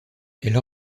elle